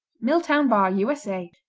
milltown bar u s a.